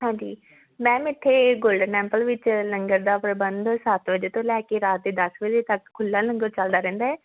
ਹਾਂਜੀ ਮੈਮ ਇੱਥੇ Golden Temple ਵਿੱਚ ਲੰਗਰ ਦਾ ਪ੍ਰਬੰਧ ਸੱਤ ਵਜੇ ਤੋਂ ਲੈ ਕੇ ਰਾਤ ਦੇ ਦਸ ਵਜੇ ਤੱਕ ਖੁਲ੍ਹਾ ਲੰਗਰ ਚੱਲਦਾ ਰਹਿੰਦਾ ਹੈ